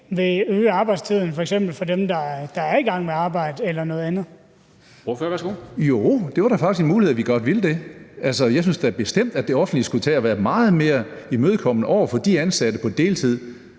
Ordføreren, værsgo. Kl. 13:38 Karsten Hønge (SF): Jo, det er da faktisk en mulighed, at vi godt vil det. Jeg synes da bestemt, at det offentlige skulle tage at være meget mere imødekommende over for, at de ansatte på deltid